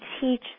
teach